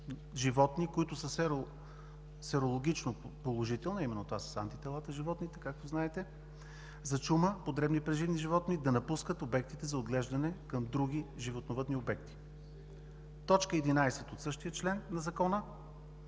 животни, които са серологично положителни, а именно това са животните с антитела, както знаете, за чума по дребни преживни животни да напускат обектите за отглеждане към други животновъдни обекти. В т. 11 от същия член на Закона